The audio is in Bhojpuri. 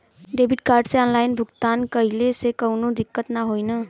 डेबिट कार्ड से ऑनलाइन भुगतान कइले से काउनो दिक्कत ना होई न?